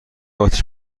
آتیش